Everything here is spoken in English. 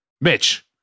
Mitch